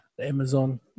Amazon